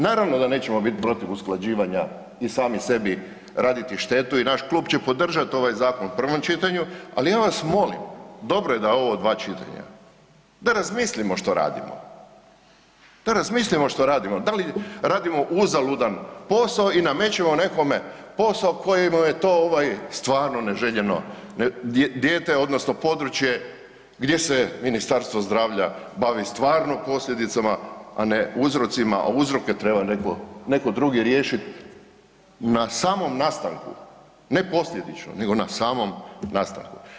Naravno da nećemo bit protiv usklađivanja i sami sebi raditi štetu i naš klub će podržat ovaj zakon u prvom čitanju, ali ja vas molim, dobro je da je ovo u dva čitanja, da razmislimo što radimo, da razmislimo što radimo, da li radimo uzaludan posao i namećemo nekome posao kojemu je to ovaj stvarno neželjeno dijete odnosno područje gdje se Ministarstvo zdravlja bavi stvarno posljedicama, a ne uzrocima, a uzroke treba neko drugi riješit na samom nastanku, ne posljedično, nego na samom nastanku.